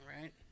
right